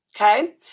Okay